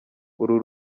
uru